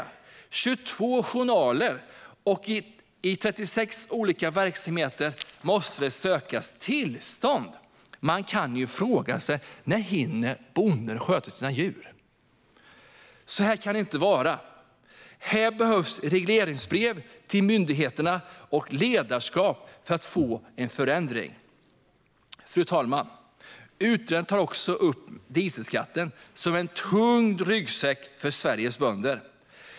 Det är 22 journaler, och i 36 olika verksamheter måste man söka tillstånd. Man kan ju fråga sig när bonden hinner sköta sina djur. Så här kan det inte vara. Här behövs regleringsbrev till myndigheterna och ledarskap för att få en förändring. Fru talman! Utredaren tar också upp att dieselskatten är en tung ryggsäck för Sveriges bönder.